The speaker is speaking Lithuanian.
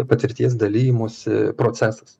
patirties dalijimosi procesas